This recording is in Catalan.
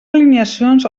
alineacions